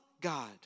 God